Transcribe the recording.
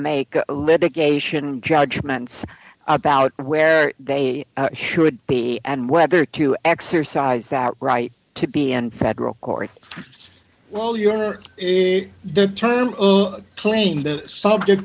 make litigation judgments about where they should be and whether to exercise that right to be and federal court well your honor the term claim the subject